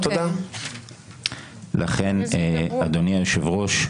לכן אדוני היושב ראש,